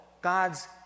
God's